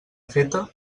feta